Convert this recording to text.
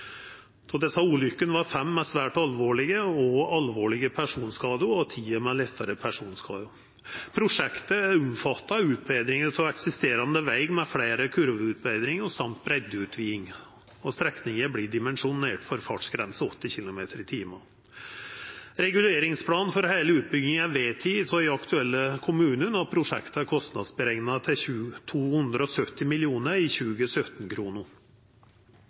desse ulukkene var fem med svært alvorleg eller alvorleg personskade og ti med lettare personskade. Prosjektet omfattar utbetring av eksisterande veg med fleire kurveutbetringar og breiddeutviding, og strekningane vert dimensjonerte for fartsgrense 80 km/t. Reguleringsplanen for heile utbygginga er vedteken av dei aktuelle kommunane, og prosjektet er kostnadsberekna til 270 mill. kr i